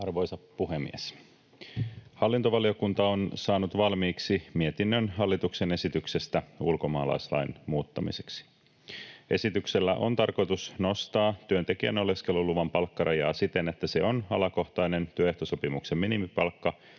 Arvoisa puhemies! Hallintovaliokunta on saanut valmiiksi mietinnön hallituksen esityksestä ulkomaalaislain muuttamiseksi. Esityksellä on tarkoitus nostaa työntekijän oleskeluluvan palkkarajaa siten, että se on alakohtainen työehtosopimuksen minimipalkka,